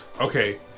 okay